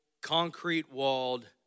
concrete-walled